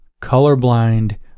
colorblind